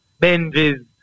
Benji's